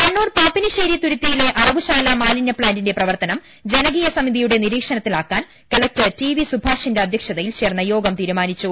കണ്ണൂർ പാപ്പിനിശ്ശേരി തുരുത്തിയിലെ അറവുശാലാ മാലിന്യ പ്താന്റിന്റെ പ്രവർത്തനം ജനകീയ സമിതിയുടെ നിരീക്ഷണത്തിലാക്കാൻ കലക്ടർ ടി വി സൂഭാഷിന്റെ അധ്യക്ഷതയിൽ ചേർന്ന യോഗം തീരുമാനിച്ചു